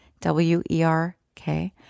W-E-R-K